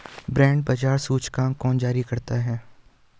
Bond बाजार सूचकांक कौन जारी करता है?